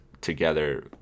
together